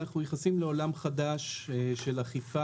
אנחנו נכנסים לעולם חדש של אכיפה.